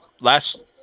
last